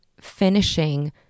finishing